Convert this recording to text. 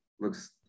looks